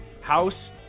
house